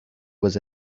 was